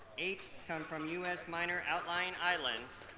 eight come from us minor outlying islands,